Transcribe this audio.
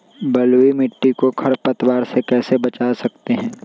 बलुई मिट्टी को खर पतवार से कैसे बच्चा सकते हैँ?